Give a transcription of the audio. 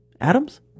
Adams